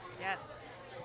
Yes